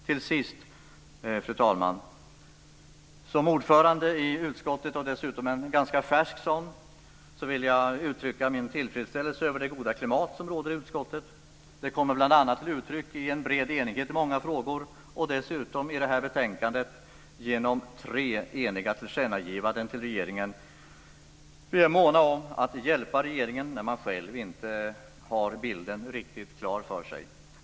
Till sist, fru talman, vill jag som ordförande i utskottet, och dessutom en ganska färsk sådan, uttrycka min tillfredsställelse över det goda klimat som råder i utskottet. Det kommer bl.a. till uttryck i en bred enighet i många frågor och dessutom i det här betänkandet genom tre eniga tillkännagivanden till regeringen. Vi är måna om att hjälpa regeringen när man själv inte har bilden riktigt klar för sig.